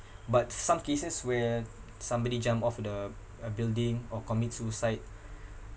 but some cases where somebody jumped off the uh building or commit suicide